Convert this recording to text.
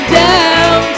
down